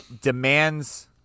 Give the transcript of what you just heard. demands